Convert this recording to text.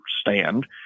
stand